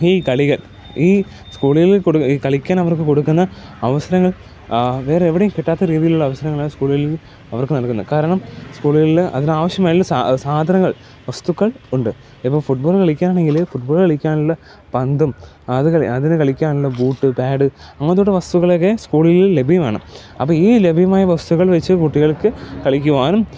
ഈ കളികൾ ഈ സ്കൂളുകളിൽ ഈ കളിക്കാൻ അവർക്ക് കൊടുക്കുന്ന അവസരങ്ങൾ വേറെ എവിടെയും കിട്ടാത്ത രീതിയിലുള്ള അവസരങ്ങളാണ് സ്കൂളുകളിൽ അവർക്ക് നൽകുന്നത് കാരണം സ്കൂളുകളിൽ അതിനാവശ്യമായ സാധനങ്ങൾ വസ്തുക്കൾ ഉണ്ട് ഇപ്പോൾ ഫുട്ബോൾ കളിക്കുകയാണെങ്കിൽ ഫുട്ബോള് കളിക്കാനുള്ള പന്തും അത് അതിന് കളിക്കാനുള്ള ബൂട്ട് പാഡ് അങ്ങനെത്തെയുള്ള വസ്തുക്കളക്കെ സ്കൂളുകളിൽ ലഭ്യമാണ് അപ്പോൾ ഈ ലഭ്യമായ വസ്തുക്കൾ വെച്ച് കുട്ടികൾക്ക് കളിക്കുവാനും